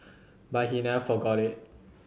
but he never forgot it